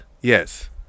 Yes